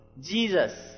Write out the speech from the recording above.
Jesus